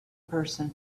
person